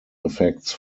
effects